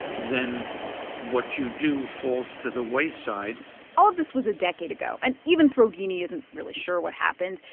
then what you do falls to the wayside all of this was a decade ago. and even throwdini isn't really sure what happened.